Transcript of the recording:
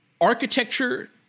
architecture